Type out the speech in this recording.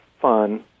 fun